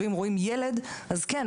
ואם רואים ילד כן,